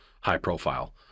high-profile